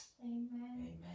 amen